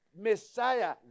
Messiah